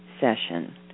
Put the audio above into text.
session